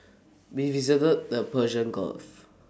we visited the Persian gulf